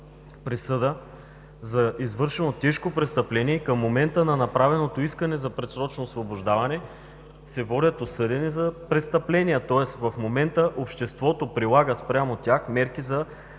присъда за извършено тежко престъпление – към момента на направеното искане за предсрочно освобождаване се водят осъдени за престъпления, тоест в момента обществото прилага спрямо тях мерки за